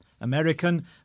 American